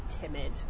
timid